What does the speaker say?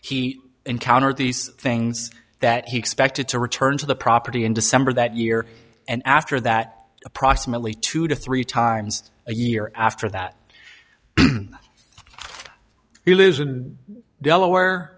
he encountered these things that he expected to return to the property in december that year and after that approximately two to three times a year after that he lives in delaware